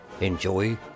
Enjoy